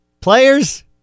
Players